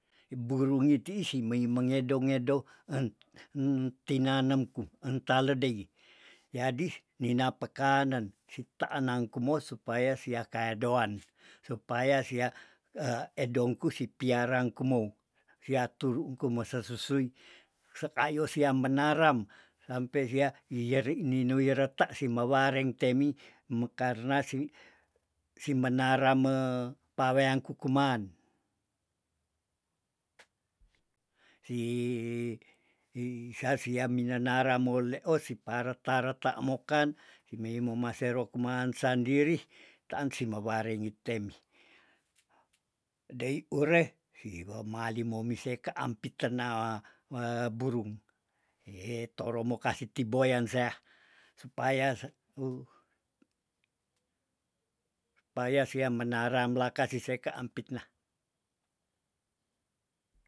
Iburung iti isimei mengedo- ngedo en- ntinanemku entale dei, jadi ninapekanen sitanang kumou supaya siakaedoan- supaya sia edongku si piarang kumou siaturu ungku mesesusui sekayo sia menaram sampe sia iyerini nuireta si mewareng temi mekarnasi si merana me- pareang kukuman. si sasia minenara moleos sipareta- retak mokan kimei momasero kuman sandiri taan simeware ngitemi. dei ure si wemali momiseka ampitena burung heh toro mokasi tiboyanseah supaya se uh, supaya sia menaram lakasi sekaampitna.